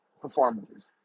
Performances